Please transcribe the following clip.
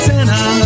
Santa